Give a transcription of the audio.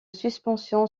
suspension